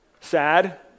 Sad